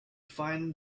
find